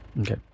Okay